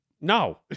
No